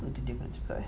dia tak cakap